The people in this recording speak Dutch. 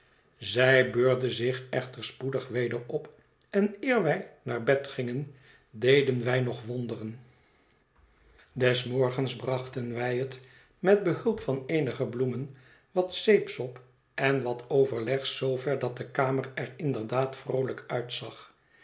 zij beurde zich echter spoedig weder op en eer wij naar bed gingen deden wij nog wonderen laatste toëbëreidseletf des morgens brachten wij het met behulp van eenige bloemen wat zeepsop en wat overleg zoover dat de kamer er inderdaad vroolijk uitzag